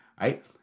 right